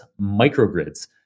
microgrids